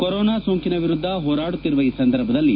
corona ಸೋಂಕಿನ ವಿರುದ್ದ ಹೋರಾಡುತ್ತಿರುವ ಈ ಸಂದರ್ಭದಲ್ಲಿ